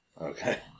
okay